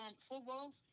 Football